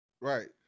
Right